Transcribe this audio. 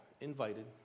invited